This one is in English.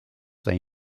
they